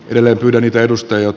edellä yhden perustajat